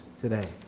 today